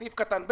חצי דקה.